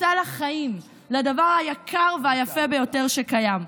מסע לחיים, לדבר היקר והיפה ביותר שקיים.